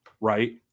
right